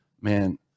man